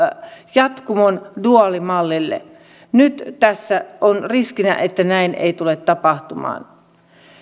jatkumon duaalimallille nyt tässä on riskinä että näin ei tule tapahtumaan